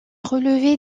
relevait